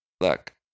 look